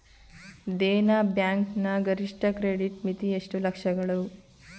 Dena bank ನ ಗರಿಷ್ಠ credit ಮಿತಿ ಎಷ್ಟು ಲಕ್ಷಗಳು?